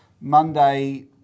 Monday